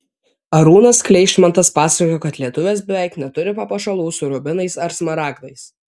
arūnas kleišmantas pasakojo kad lietuvės beveik neturi papuošalų su rubinais ar smaragdais